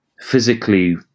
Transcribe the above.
physically